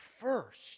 first